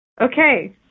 Okay